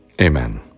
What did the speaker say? Amen